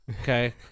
okay